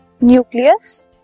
nucleus